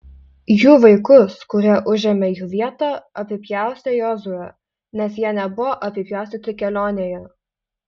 jų vaikus kurie užėmė jų vietą apipjaustė jozuė nes jie nebuvo apipjaustyti kelionėje